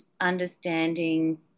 understanding